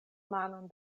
manon